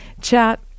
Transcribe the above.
chat